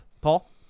Paul